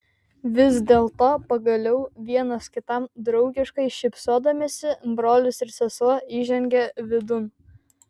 vis dėlto pagaliau vienas kitam draugiškai šypsodamiesi brolis ir sesuo įžengė vidun